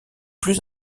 plus